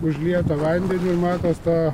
užlieta vandeniu matos to